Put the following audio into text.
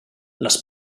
les